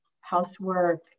housework